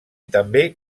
també